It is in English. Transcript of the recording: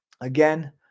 Again